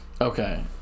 Okay